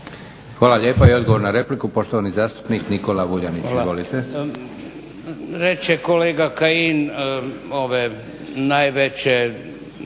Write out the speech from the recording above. Hvala lijepa. Sljedeća replika i poštovani zastupnik Nikola Vuljanić. Izvolite.